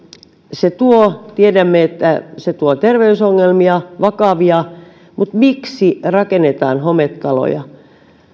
se tuo tiedämme että se tuo terveysongelmia vakavia mutta miksi rakennetaan hometaloja